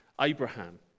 Abraham